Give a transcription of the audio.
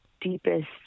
deepest